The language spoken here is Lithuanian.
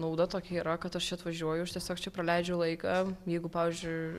nauda tokia yra kad aš čia atvažiuoju aš tiesiog čia praleidžiu laiką jeigu pavyzdžiui